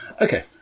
Okay